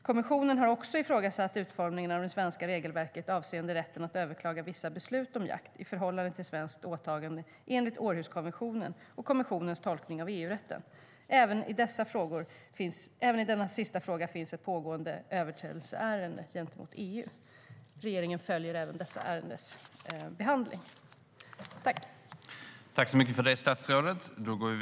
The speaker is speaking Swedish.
Kommissionen har också ifrågasatt utformningen av det svenska regelverket avseende rätten att överklaga vissa beslut om jakt i förhållande till svenskt åtagande enligt Århuskonventionen och kommissionens tolkning av EU-rätten. Även i den frågan finns ett pågående överträdelseärende gentemot EU. Regeringen följer dessa ärendens behandling.